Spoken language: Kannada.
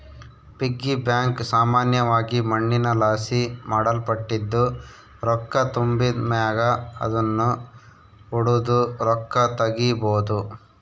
ಪಿಗ್ಗಿ ಬ್ಯಾಂಕ್ ಸಾಮಾನ್ಯವಾಗಿ ಮಣ್ಣಿನಲಾಸಿ ಮಾಡಲ್ಪಟ್ಟಿದ್ದು, ರೊಕ್ಕ ತುಂಬಿದ್ ಮ್ಯಾಗ ಅದುನ್ನು ಒಡುದು ರೊಕ್ಕ ತಗೀಬೋದು